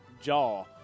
jaw